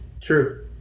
True